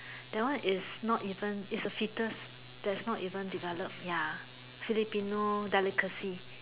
that one is not even it's a foetus that's not even developed ya Filipino delicacy